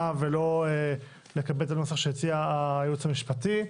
ולא לקבל את הנוסח שהציע הייעוץ המשפטי,